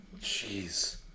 Jeez